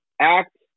act